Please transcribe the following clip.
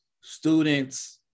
students